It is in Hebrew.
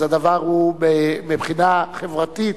אז הדבר הוא, מבחינה חברתית,